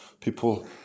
people